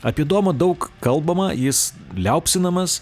apie domą daug kalbama jis liaupsinamas